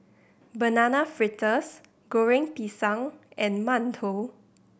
Banana Fritters Goreng Pisang and mantou